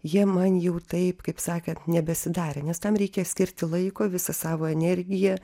jie man jau taip kaip sakant nebesidarė nes tam reikia skirti laiko visą savo energiją